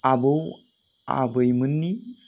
आबौ आबै मोननि